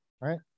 right